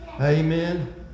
Amen